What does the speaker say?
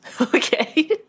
Okay